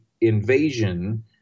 invasion